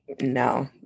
No